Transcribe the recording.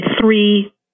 three